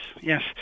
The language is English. yes